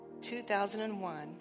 2001